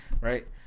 right